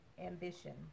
ambition